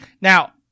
Now